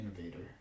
innovator